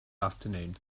afternoon